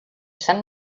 sant